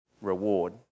reward